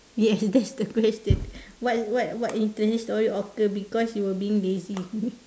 yes that's the question what what what interesting story occur because you were being lazy